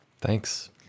Thanks